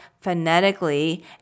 phonetically